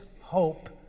hope